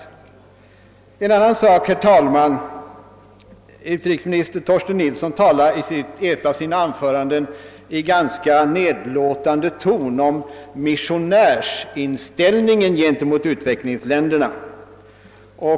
I ett av sina anföranden talade utrikesministern sedan i ganska nedlåtande ton om »missionärsinställningen» gentemot utveklingsländerna.